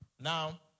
Now